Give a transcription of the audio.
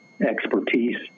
expertise